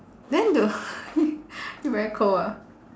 then the you very cold ah